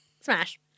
smash